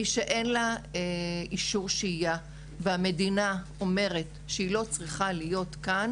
מי שאין לה אישור שהייה והמדינה אומרת שהיא לא צריכה להיות כאן